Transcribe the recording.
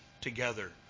together